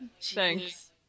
Thanks